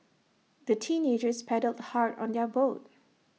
the teenagers paddled hard on their boat